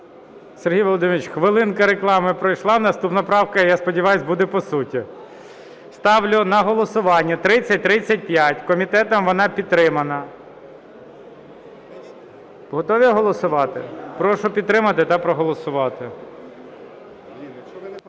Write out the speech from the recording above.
Сергій Володимирович, хвилинка реклами пройшла. Наступна правка, я сподіваюсь, буде по суті. Ставлю на голосування 3035. Комітетом вона підтримана. Готові голосувати? Прошу підтримати та проголосувати.